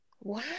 Wow